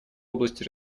области